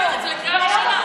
הוא שובר את שיא הפתטיות,